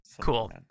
cool